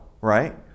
right